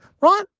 right